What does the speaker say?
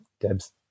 Deb's